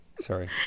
Sorry